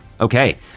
Okay